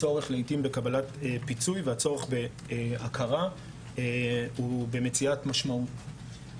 הצורך לעיתים בקבלת פיצוי והצורך בהכרה ובמציאות משמעות.